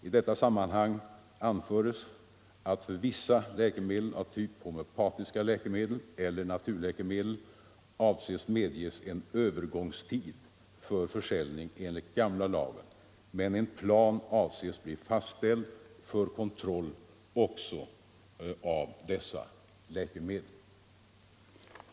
I detta sammanhang anförs att vissa läkemedel av typen homeopatiska medel och naturläkemedel skall få försäljas enligt den gamla lagen under en övergångstid, men en plan avses bli fastställd för kontroll också av dessa läkemedel.